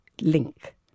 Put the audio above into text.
link